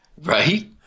right